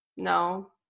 no